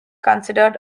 considered